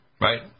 Right